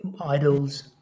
idols